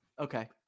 Okay